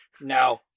no